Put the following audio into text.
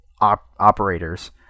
operators